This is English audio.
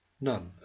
none